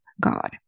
God